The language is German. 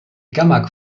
gamma